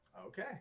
Okay